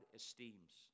esteems